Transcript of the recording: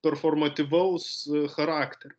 performatyvaus charakterio